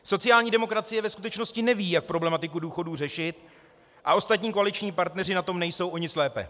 Sociální demokracie ve skutečnosti neví, jak problematiku důchodů řešit, a ostatní koaliční partneři na tom nejsou o nic lépe.